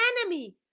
enemy